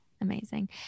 Amazing